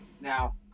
now